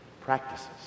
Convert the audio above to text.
practices